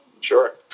Sure